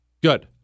Good